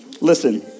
Listen